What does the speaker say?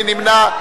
מי נמנע?